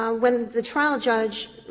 ah when the trial judge